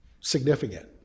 significant